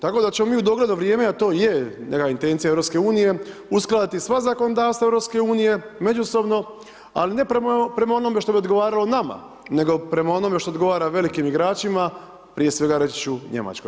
Tako da ćemo mi u dogledno vrijeme a to i je neka intencija EU uskladiti sva zakonodavstva EU međusobno ali ne prema onome što bi odgovaralo nama nego prema onome što odgovara velikim igračima, prije svega reći ću Njemačkoj.